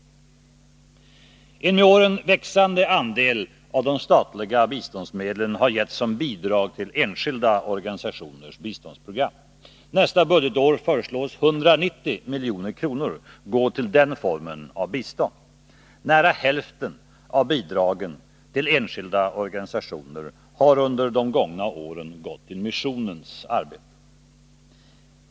3 En med åren växande andel av de statliga biståndsmedlen har getts som bidrag till enskilda organisationers biståndsprogram. Nästa budgetår föreslås 190 milj.kr. gå till den formen av bistånd. Nära hälften av bidragen till enskilda organisationer har under de gångna åren gått till missionens arbete.